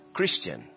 Christian